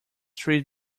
three